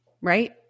right